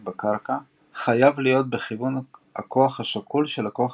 בקרקע חייב להיות בכוון הכוח השקול של הכוח